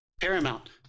Paramount